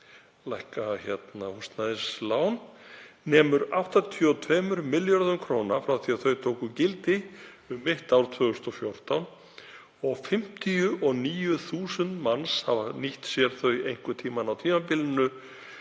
lækka húsnæðislán — „nemur 82 milljörðum kr. frá því að þau tóku gildi um mitt ár 2014 og 59 þúsund manns hafa nýtt sér þau einhvern tíma á tímabilinu